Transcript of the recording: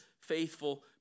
faithful